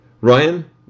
Ryan